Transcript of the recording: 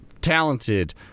talented